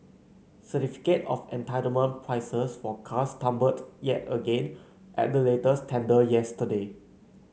certificate of entitlement prices for cars tumbled yet again at the latest tender yesterday